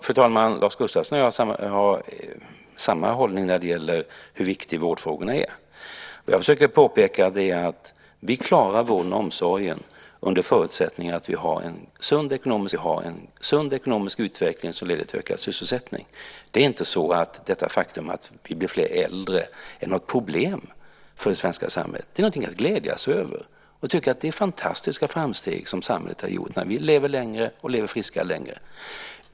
Fru talman! Lars Gustafsson och jag har samma hållning när det gäller hur viktiga vårdfrågorna är. Jag försöker påpeka att vi klarar vården och omsorgen under förutsättning att vi har en sund ekonomisk utveckling som leder till ökad sysselsättning. Det faktum att vi blir äldre är inte något problem för det svenska samhället. Det är något att glädjas över. Vi tycker att det är fantastiska framsteg som samhället har gjort när vi lever längre och är friska längre.